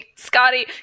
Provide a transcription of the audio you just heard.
Scotty